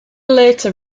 later